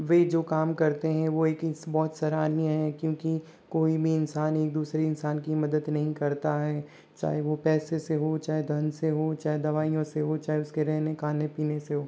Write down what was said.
वे जो काम करते हैं वो एक ही बहुत सराहनीय है क्योंकि कोई भी इंसान एक दूसरे इंसान की मदद नहीं करता है चाहे वह पैसे से हो चाहे धन से हो चाहे दवाइयों से हो चाहे उसके रहने खाने पीने से हो